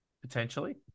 Potentially